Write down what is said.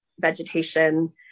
vegetation